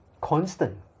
constant